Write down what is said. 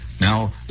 Now